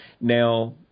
now